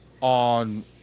on